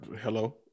hello